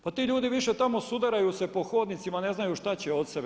Pa ti ljudi više tamo sudaraju se po hodnicima, ne znaju šta će od sebe.